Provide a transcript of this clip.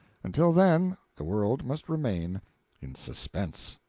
until then the world must remain in suspense.